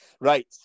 right